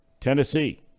Tennessee